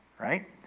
right